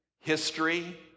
history